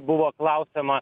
buvo klausiama